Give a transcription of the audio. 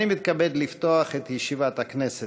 מתכבד לפתוח את ישיבת הכנסת.